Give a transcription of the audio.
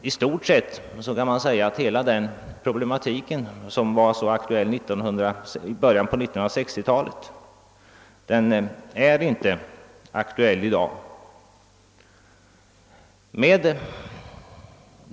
I stort sett kan man säga att hela den problematik som var så aktuell i början av 1960-talet inte är aktuell i dag.